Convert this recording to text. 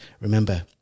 Remember